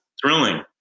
thrilling